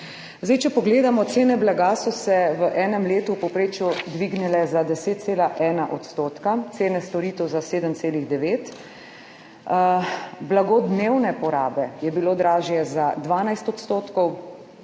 Zdaj, če pogledamo cene blaga so se v enem letu v povprečju dvignile za 10,1 odstotka, cene storitev za 7,9, blago dnevne porabe je bilo dražje za 12 odstotkov,